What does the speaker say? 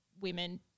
women